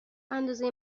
اندازه